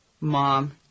Mom